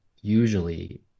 usually